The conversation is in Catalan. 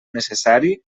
necessari